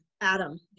Adam